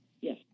Yes